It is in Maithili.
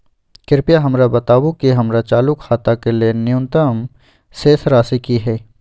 कृपया हमरा बताबू कि हमर चालू खाता के लेल न्यूनतम शेष राशि की हय